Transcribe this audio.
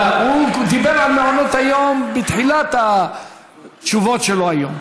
הוא דיבר על מעונות היום בתחילת התשובות שלו היום,